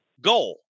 goal